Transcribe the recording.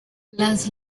las